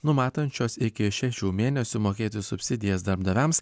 numatančios iki šešių mėnesių mokėti subsidijas darbdaviams